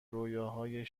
رویاهای